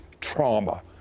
trauma